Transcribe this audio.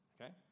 okay